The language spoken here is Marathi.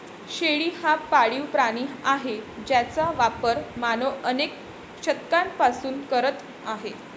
शेळी हा पाळीव प्राणी आहे ज्याचा वापर मानव अनेक शतकांपासून करत आहे